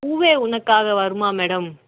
பூவே உனக்காக வருமா மேடம்